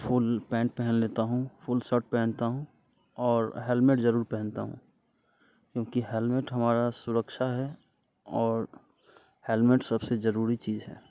full pant पहन लेता हूँ फ़ुल सर्ट पहनता हूँ और हैलमेट ज़रूर पहनता हूँ क्योंकि हैलमेट हमारा सुरक्षा है और हैलमेट सबसे ज़रूरी चीज़ है